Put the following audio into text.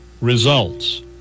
results